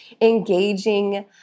engaging